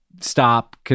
stop